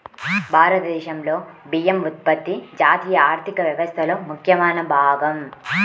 భారతదేశంలో బియ్యం ఉత్పత్తి జాతీయ ఆర్థిక వ్యవస్థలో ముఖ్యమైన భాగం